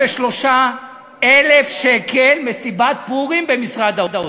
443,000 שקל מסיבת פורים במשרד האוצר.